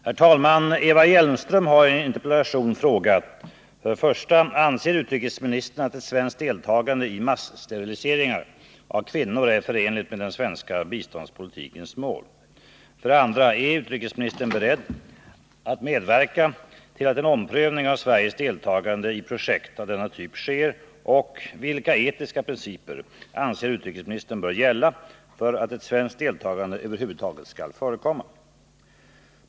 Herr talman! Eva Hjelmström har i en interpellation frågat: 1. Anser utrikesministern att ett svenskt deltagande i massteriliseringar av kvinnor är förenligt med den svenska biståndspolitikens mål? 2. Är utrikesministern beredd att medverka till att en omprövning av Sveriges deltagande i projekt av denna typ sker och vilka etiska principer anser utrikesministern bör gälla för att ett svenskt deltagande över huvud taget skall få förekomma?